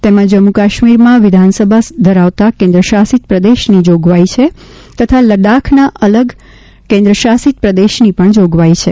તેમાં જમ્મુકાશ્મીરમાં વિધાનસભા ધરાવતા કેન્દ્રશાસિત પ્રદેશની જોગવાઇ છે તથા લદ્દાખના અલગ કેન્દ્રશાસિત પ્રદેશની પણ જોગવાઇ છે